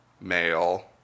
male